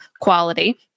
quality